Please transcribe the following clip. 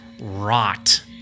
rot